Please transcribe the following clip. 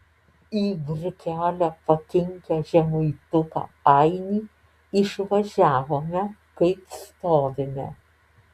į brikelę pakinkę žemaituką ainį išvažiavome kaip stovime